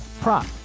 prop